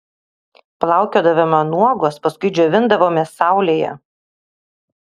plaukiodavome nuogos paskui džiovindavomės saulėje